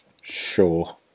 Sure